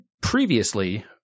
previously